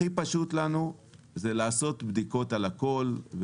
הכי פשוט לנו זה לעשות בדיקות על הכל,